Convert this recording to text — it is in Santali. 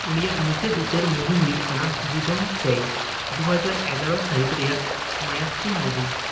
ᱩᱱᱤᱭᱟᱜ ᱢᱩᱪᱟ ᱫ ᱩᱛᱟ ᱨ ᱢᱩᱵᱷᱤ ᱦᱩᱭᱩᱜ ᱠᱟᱱᱟ ᱡᱩᱫᱟᱹᱢ ᱥᱮᱭ ᱫᱩ ᱦᱟᱡᱟᱨ ᱮᱜᱟᱨᱚ ᱥᱟ ᱦᱤᱛ ᱨᱮᱭᱟᱜ ᱢᱟᱭᱟᱥᱠᱤᱱ ᱢᱩᱵᱷᱤ